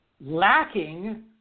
lacking